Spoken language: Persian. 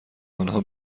آنها